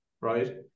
right